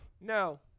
No